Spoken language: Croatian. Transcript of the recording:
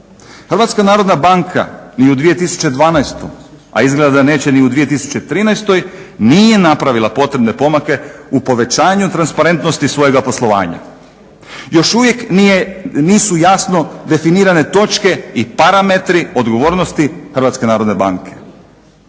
stranicama HNB-a. HNB ni u 2012., a izgleda da neće ni u 2013., nije napravila potrebne pomake u povećanju transparentnosti svojega poslovanja. Još uvijek nisu jasno definirane točke i parametri odgovornosti HNB-a.